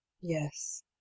yes